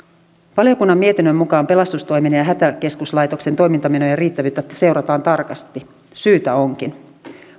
valiokunnan mietinnön mukaan pelastustoimen ja ja hätäkeskuslaitoksen toimintamenojen riittävyyttä seurataan tarkasti syytä onkin